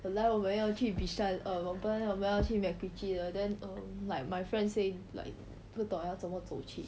本来我们要去 bishan err 我本来我们要去 macritchie 的 then err like my friend say like 不懂要怎么走去